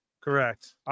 Correct